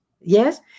Yes